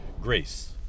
grace